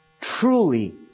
truly